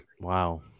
Wow